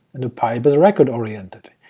and the pipe is record oriented,